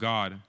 God